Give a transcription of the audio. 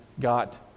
got